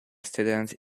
student